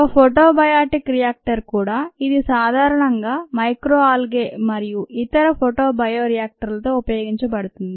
ఒక photobiotic reactor కూడా ఇది సాధారణంగా మైక్రో ఆల్గే మరియు ఇతర ఫోటో బయో రియాక్టర్ లతో ఉపయోగించబడుతుంది